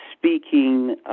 speaking